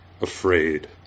afraid